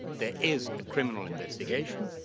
there is a criminal investigation,